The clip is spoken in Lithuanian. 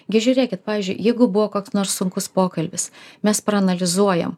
gi žiūrėkit pavyzdžiui jeigu buvo koks nors sunkus pokalbis mes analizuojam